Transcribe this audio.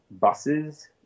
buses